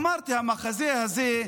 אמרתי שהמחזה הזה,